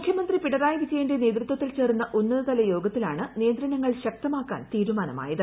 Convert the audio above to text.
മുഖ്യമന്ത്രി പിണറായി വിജയന്റെ നേതൃത്വത്തിൽ ചേർന്ന ഉന്നതതല യോഗത്തിലാണ് നിയന്ത്രണങ്ങൾ ശക്തമാക്കാൻ തീരുമാനമായത്